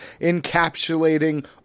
encapsulating